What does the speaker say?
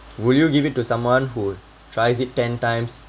will you give it to someone who tries it ten times